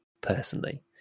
personally